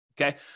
okay